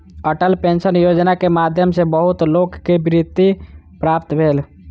Atal pension Yojana के माध्यम सॅ बहुत लोक के वृत्ति प्राप्त भेल